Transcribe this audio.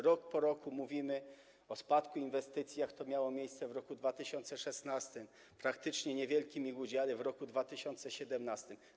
Rok po roku mówimy o spadku inwestycji, jak to miało miejsce w roku 2016, praktycznie niewielkim ich udziale w roku 2017.